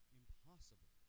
impossible